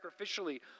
sacrificially